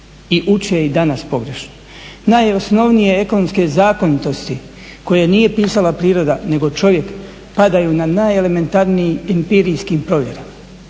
i uče i danas pogrešno. Najosnovnije ekonomske zakonitosti koje nije pisala priroda nego čovjek padaju na najelementarnijim empirijskim provjerama.